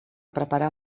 preparar